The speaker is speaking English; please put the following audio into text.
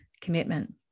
commitment